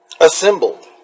assembled